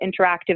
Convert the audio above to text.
interactive